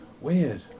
Weird